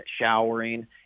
showering